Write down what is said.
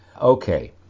Okay